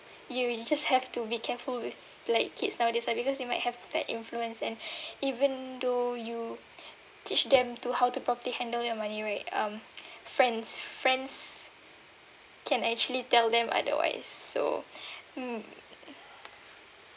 you you just have to be careful with like kids nowadays ah they because they might have bad influence and even though you teach them to how to properly handle your money right um friends friends can actually tell them otherwise so mm